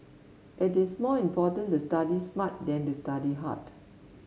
it is more important to study smart than to study hard